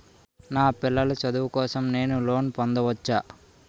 నా పిల్లల చదువు కోసం నేను లోన్ పొందవచ్చా?